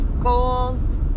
goals